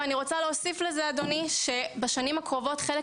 ואני רוצה להוסיף לזה שבשנים הקרובות חלק